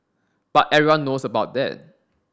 but everyone knows about that